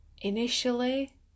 initially